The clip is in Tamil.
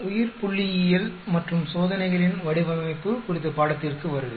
உயிர்புள்ளியியல் மற்றும் சோதனைகளின் வடிவமைப்பு குறித்த பாடத்திற்கு வருக